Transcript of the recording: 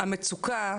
המצוקה,